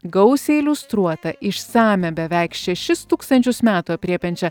gausiai iliustruotą išsamią beveik šešis tūkstančius metų aprėpiančią